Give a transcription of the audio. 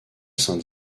saint